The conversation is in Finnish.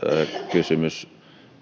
kysymys